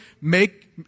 make